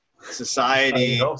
society